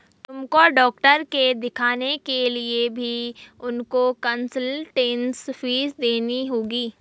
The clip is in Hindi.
तुमको डॉक्टर के दिखाने के लिए भी उनको कंसलटेन्स फीस देनी होगी